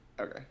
Okay